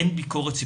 אין ביקורת שיפוטית,